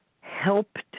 helped